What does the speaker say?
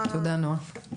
תודה, נעה.